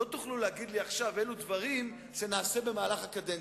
לא תוכלו להגיד לי עכשיו: אלו דברים שנעשה במהלך הקדנציה.